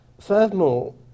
Furthermore